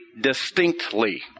distinctly